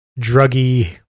druggy